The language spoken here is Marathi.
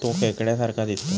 तो खेकड्या सारखा दिसतो